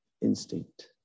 instinct